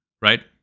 Right